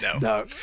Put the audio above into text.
no